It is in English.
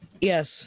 Yes